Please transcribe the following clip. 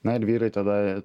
na ir vyrai tada